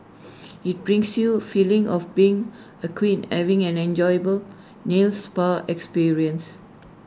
IT brings you feeling of being A queen having an enjoyable nail spa experience